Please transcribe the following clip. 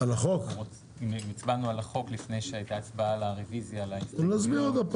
במשרד האוצר בהיותו ממונה על הרכש הממשלתי לייבא כלי